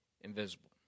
invisible